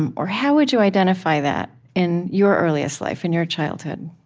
and or how would you identify that in your earliest life, in your childhood?